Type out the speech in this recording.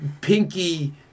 pinky